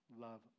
love